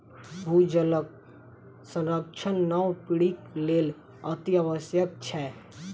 भूजलक संरक्षण नव पीढ़ीक लेल अतिआवश्यक छै